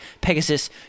Pegasus